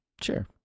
sure